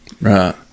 Right